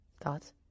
Thoughts